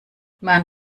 wann